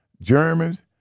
Germans